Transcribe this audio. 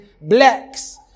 blacks